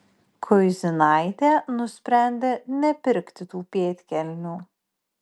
kuizinaitė nusprendė nepirkti tų pėdkelnių